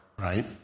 right